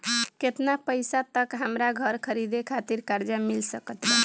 केतना पईसा तक हमरा घर खरीदे खातिर कर्जा मिल सकत बा?